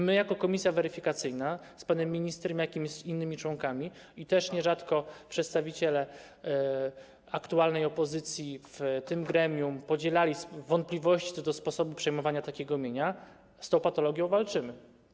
My jako komisja weryfikacyjna, z panem ministrem Jakim z innymi członkami, nierzadko też przedstawiciele aktualnej opozycji w tym gremium podzielali wątpliwości co do sposobu przejmowania takiego mienia, z tą patologią walczymy.